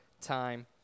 time